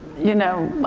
you know,